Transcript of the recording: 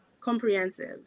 comprehensive